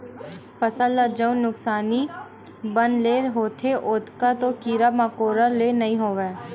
फसल ल जउन नुकसानी बन ले होथे ओतका तो कीरा मकोरा ले नइ होवय